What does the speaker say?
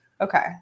Okay